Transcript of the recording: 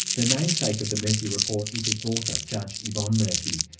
the namesake of the murphy report is its author, judge yvonne murphy.